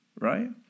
right